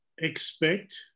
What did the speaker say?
expect